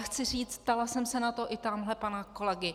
Chci říct ptala jsem se na to i tamhle pana kolegy.